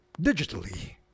digitally